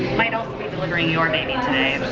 might also be delivering your baby today.